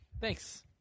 Thanks